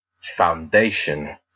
foundation